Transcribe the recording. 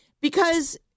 because-